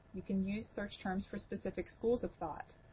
you can use search terms for specific schools of thought,